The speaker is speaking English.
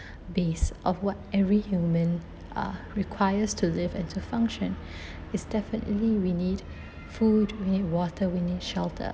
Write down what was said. based of what every human are requires to live and to function is definitely we need food we need water we need shelter